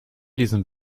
diesen